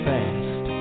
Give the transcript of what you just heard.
Fast